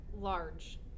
large